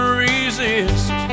resist